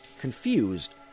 Confused